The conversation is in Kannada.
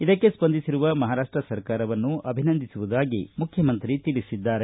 ಇದಕ್ಕೆ ಸ್ಪಂದಿಸಿರುವಮಹಾರಾಷ್ಟ ಸರ್ಕಾರವನ್ನು ಅಭಿನಂದಿಸುವುದಾಗಿ ಮುಖ್ಯಮಂತ್ರಿ ತಿಳಿಸಿದ್ದಾರೆ